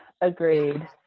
agreed